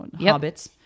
hobbits